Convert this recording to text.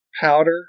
powder